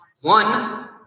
One